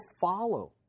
follow